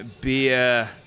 beer